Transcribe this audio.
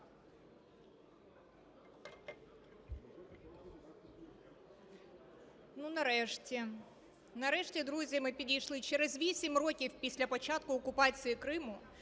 Ну, нарешті. Нарешті, друзі, ми підійшли через 8 років після початку окупації Криму